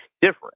different